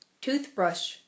Toothbrush